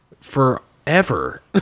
forever